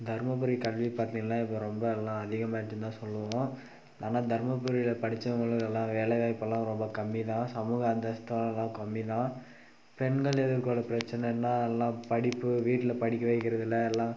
தருமபுரி கல்வி பார்த்திங்னா இப்போ ரொம்ப எல்லாம் அதிகமாகிட்டுந்தான் சொல்லுவோம் ஆனால் தருமபுரியில் படித்தவுங்களுக்கு எல்லாம் வேலை வாய்ப்பெல்லாம் ரொம்ப கம்மி தான் சமூக அந்தஸ்தும் எல்லாம் கம்மி தான் பெண்கள் எதிர்கொள்கிற பிரச்சினைனா எல்லாம் படிப்பு வீட்டில் படிக்க வைக்கிறதில்லை எல்லாம்